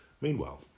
Meanwhile